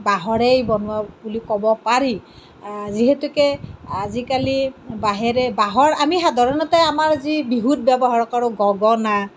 বাঁহৰেই বনোৱা বুলি ক'ব পাৰি যিহেতুকে আজিকালি বাঁহেৰে বাঁহৰ আমি সাধাৰণতে আমাৰ যি বিহুত ব্য়ৱহাৰ কৰোঁ গঁগনা